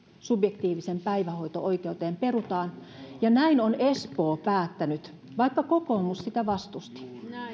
subjektiiviseen päivähoito oikeuteen perutaan ja näin on espoo päättänyt vaikka kokoomus sitä vastusti